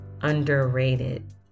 underrated